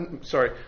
Sorry